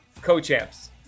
co-champs